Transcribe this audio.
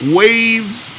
waves